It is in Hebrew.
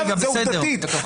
זה עובדתית.